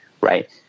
right